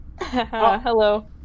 Hello